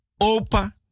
opa